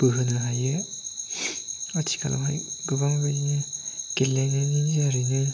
बोहोनो हायो आथिखालावहाय गोबां बेबायदिनो गेलेनायनि दारैनो